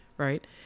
Right